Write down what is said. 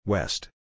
West